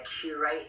curate